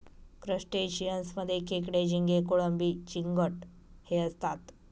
crustaceans मध्ये खेकडे, झिंगे, कोळंबी, चिंगट हे असतात